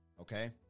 Okay